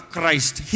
Christ